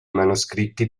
manoscritti